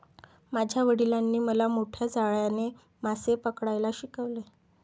माझ्या वडिलांनी मला मोठ्या जाळ्याने मासे पकडायला शिकवले